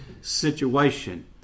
situation